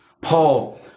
Paul